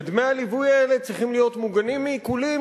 ודמי הליווי האלה צריכים להיות מוגנים מעיקולים,